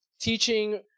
teaching